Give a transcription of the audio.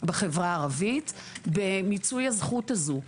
בחברה הערבית במיצוי הזכות הזו,